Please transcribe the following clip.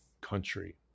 country